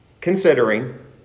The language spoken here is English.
considering